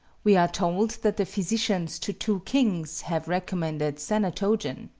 we are told that the physicians to two kings have recommended sanatogen.